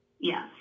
Yes